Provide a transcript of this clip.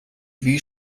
wie